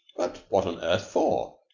but what on earth for?